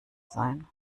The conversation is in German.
sein